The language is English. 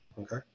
Okay